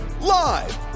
live